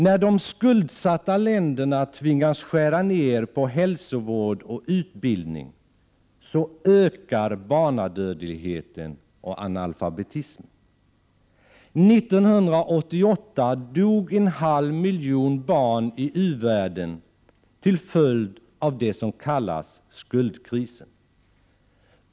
När de skuldsatta länderna tvingas skära ner på hälsovård och utbildning ökar barnadödligheten och analfabetismen. 1988 dog en halv miljon barn i u-världen till följd av det som kallas skuldkrisen.